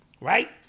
right